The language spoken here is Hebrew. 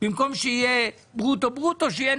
שבמקום שיהיה ברוטו-ברוטו,